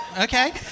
okay